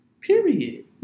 Period